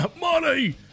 Money